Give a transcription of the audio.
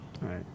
right